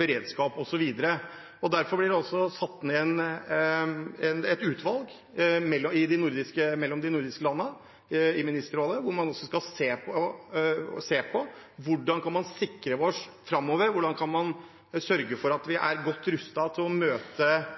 beredskap osv. Derfor blir det satt ned et utvalg fra de nordiske landene i Ministerrådet, hvor man også skal se på hvordan man kan sikre seg framover, hvordan kan man sørge for at vi er godt rustet til å møte